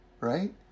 right